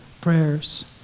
prayers